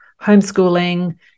homeschooling